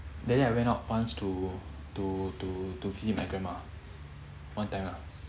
then I went out once to to to to see my grandma one time ah